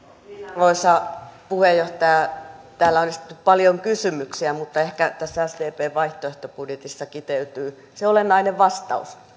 arvoisa puheenjohtaja täällä on esitetty paljon kysymyksiä mutta ehkä tässä sdpn vaihtoehtobudjetissa kiteytyy se olennainen vastaus